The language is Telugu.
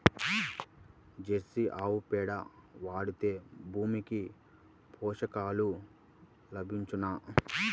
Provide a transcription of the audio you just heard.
జెర్సీ ఆవు పేడ వాడితే భూమికి పోషకాలు లభించునా?